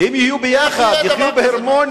הן יהיו ביחד, יחיו בהרמוניה.